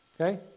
Okay